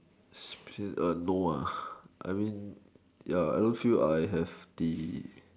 no I mean ya I don't feel I have the